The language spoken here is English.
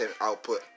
output